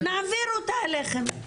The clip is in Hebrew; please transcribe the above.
זה --- נעביר אותה אליכם,